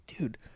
dude